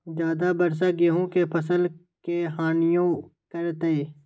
ज्यादा वर्षा गेंहू के फसल के हानियों करतै?